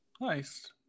Nice